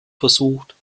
versucht